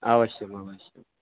अवश्यम् अवश्यम्